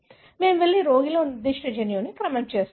మేము వెళ్లి రోగిలో నిర్దిష్ట జన్యువును క్రమం చేస్తాము